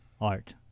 art